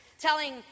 Telling